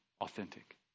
authentic